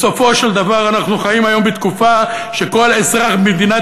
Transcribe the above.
בסופו של דבר אנחנו חיים היום בתקופה שכל אזרח במדינת